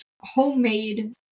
homemade